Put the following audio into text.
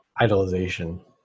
idolization